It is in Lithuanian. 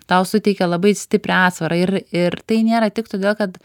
tau suteikia labai stiprią atsvarą ir ir tai nėra tik todėl kad